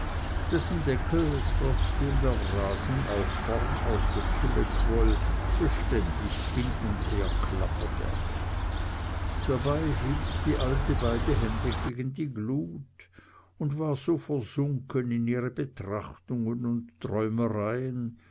dessen deckel trotzdem der wrasen auch vorn aus der tülle quoll beständig hin und her klapperte dabei hielt die alte beide hände gegen die glut und war so versunken in ihre betrachtungen und träumereien